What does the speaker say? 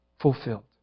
fulfilled